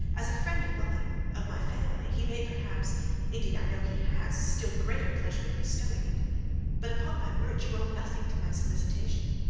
as a friend of mine, of my family, he may, perhaps indeed i know he has, still greater pleasure in bestowing it but, upon my word, you owe nothing to my solicitation.